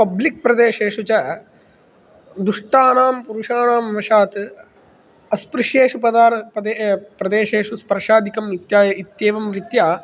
public प्रदेशेषु च दुष्टानां पुरुषाणां वशात् अस्पृश्येषु पदार् प्रदे प्रदेशेषु स्पर्शादिकं इत्या इत्येवं रीत्या